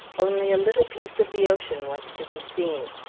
only a little piece of the ocean was to be seen.